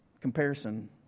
Comparison